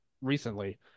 recently